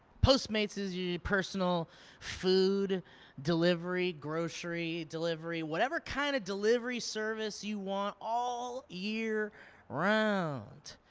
postmates is your personal food delivery, grocery delivery, whatever kind of delivery service you want, all year round.